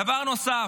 דבר נוסף,